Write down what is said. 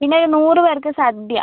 പിന്നെയൊരു നൂറ് പേർക്ക് സദ്യ